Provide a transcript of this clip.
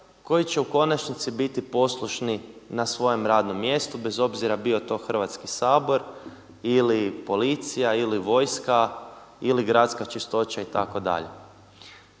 koji će u konačnici biti poslušni na svojem radnom mjestu bez obzira bio to Hrvatski sabor ili policija ili vojska ili gradska čistoća itd.